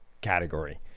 category